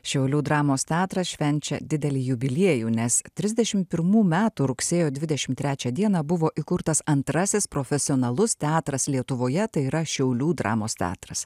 šiaulių dramos teatras švenčia didelį jubiliejų nes trisdešimt pirmų metų rugsėjo dvidešimt trečią dieną buvo įkurtas antrasis profesionalus teatras lietuvoje tai yra šiaulių dramos teatras